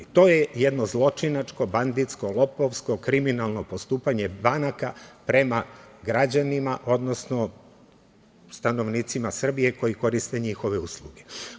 To je jedno zločinačko, banditsko, lopovsko, kriminalno postupanje banaka prema građanima, odnosno stanovnicima Srbije koji koriste njihove usluge.